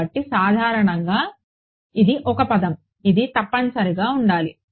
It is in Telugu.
కాబట్టి సాధారణంగా ఇది ఒక పదం ఇది తప్పనిసరిగా ఉండాలి